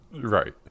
right